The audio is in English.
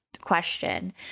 question